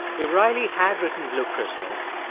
if riley had written blue christmas,